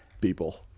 people